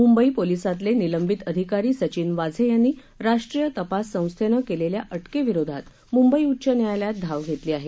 मुंबई पोलिसातले निलंबित अधिकारी सचिन वाझे यांनी राष्ट्रीय तपास संस्थेनं केलेल्या अटके विरोधात मुंबई उच्च न्यायालयात धाव घेतली आहे